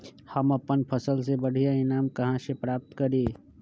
हम अपन फसल से बढ़िया ईनाम कहाँ से प्राप्त करी?